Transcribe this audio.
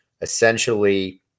essentially